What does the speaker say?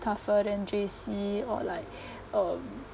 tougher than J_C or like um